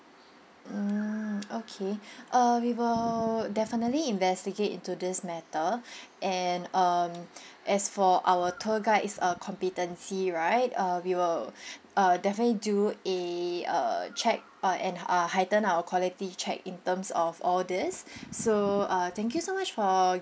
mm okay uh we will definitely investigate into this matter and err as for our tour guide's uh competency right uh we will uh definitely do a uh check uh and uh heighten our quality check in terms of all this so uh thank you so much for